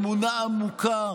אמונה עמוקה